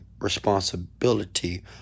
responsibility